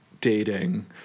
dating